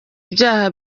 ibyaha